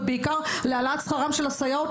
ובעיקר להעלאת שכרן של הסייעות,